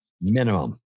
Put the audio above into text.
Minimum